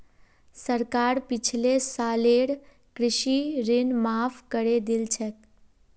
सरकार पिछले सालेर कृषि ऋण माफ़ करे दिल छेक